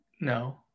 No